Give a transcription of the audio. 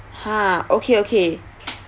ha okay okay